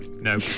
no